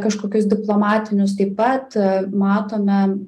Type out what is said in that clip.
kažkokius diplomatinius taip pat matome